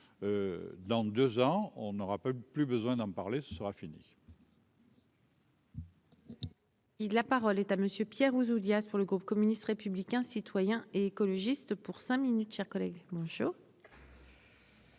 dans deux ans on aura plus besoin d'en parler, ce sera fini. Il la parole est à monsieur Pierre Ouzoulias pour le groupe communiste, républicain, citoyen et écologiste pour cinq minutes chers collègues